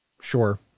Sure